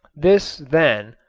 this, then,